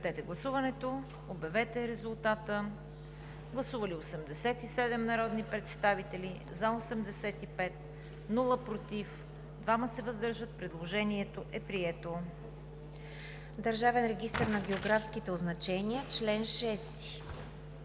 Държавен регистър на географските означения“.